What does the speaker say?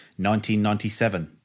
1997